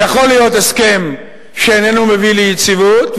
יכול להיות הסכם שאיננו מביא ליציבות,